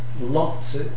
lots